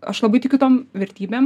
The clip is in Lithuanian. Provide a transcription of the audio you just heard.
aš labai tikiu tom vertybėm